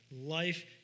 life